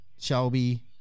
Shelby